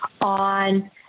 on